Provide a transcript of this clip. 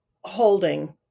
holding